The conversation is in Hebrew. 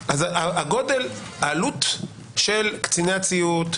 העלות של קציני הציות,